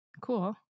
Cool